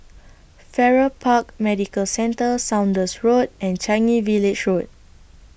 Farrer Park Medical Centre Saunders Road and Changi Village Road